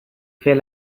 fait